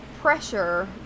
pressure